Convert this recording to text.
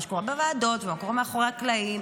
שקורה בוועדות ועל מה שקורה מאחורי הקלעים.